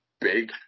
big